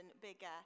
bigger